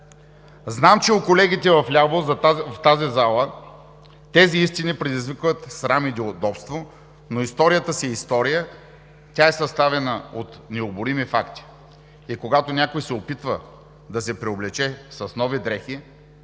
Знам, че у колегите вляво, в тази зала, тези истини предизвикват срам и неудобство, но историята си е история, тя е съставена от необорими факти и когато някой се опитва да се преоблече с нови дрехи,